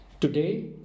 Today